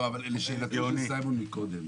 לא, אבל לשאלתו של סימון מקודם.